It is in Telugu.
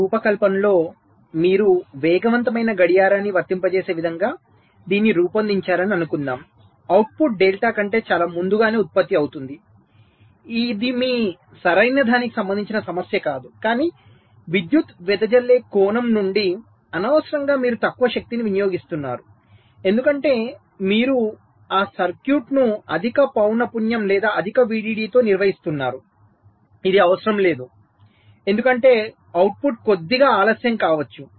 మీ రూపకల్పనలో మీరు వేగవంతమైన గడియారాన్ని వర్తింపజేసే విధంగా దీన్ని రూపొందించారని అనుకుందాం అవుట్పుట్ డెల్టా కంటే చాలా ముందుగానే ఉత్పత్తి అవుతుంది ఇది మీ సరైనదానికి సంబంధించిన సమస్య కాదు కానీ విద్యుత్ వెదజల్లే కోణం నుండి అనవసరంగా మీరు తక్కువ శక్తిని వినియోగిస్తున్నారు ఎందుకంటే మీరు ఆ సర్క్యూట్ను అధిక పౌన పున్యం లేదా అధిక VDD తో నిర్వహిస్తున్నారు ఇది అవసరం లేదు ఎందుకంటే అవుట్పుట్ కొద్దిగా ఆలస్యం కావచ్చు